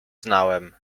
znałem